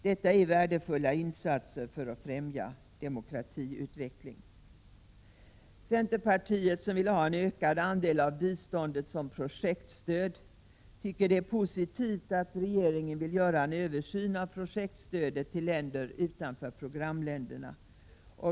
Detta är värdefulla insatser för att främja demokratiutveckling. Centerpartiet, som vill ha en ökad andel av biståndet som projektstöd, anser att det är positivt att regeringen vill göra en översyn av projektstödet till länder utanför programländerna.